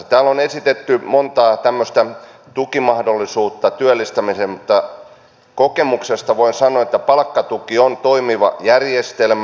täällä on esitetty monta tämmöistä tukimahdollisuutta työllistämiseen mutta kokemuksesta voin sanoa että palkkatuki on toimiva järjestelmä